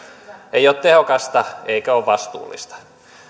ei ole tehokasta eikä ole vastuullista